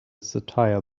satire